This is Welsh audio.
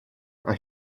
mae